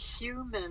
human